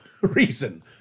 reason